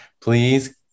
please